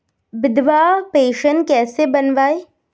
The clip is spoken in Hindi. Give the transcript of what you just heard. विधवा पेंशन कैसे बनवायें?